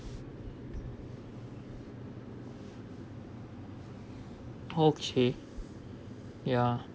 okay ya